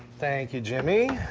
thank you, jimmy.